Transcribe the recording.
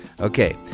Okay